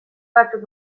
batzuk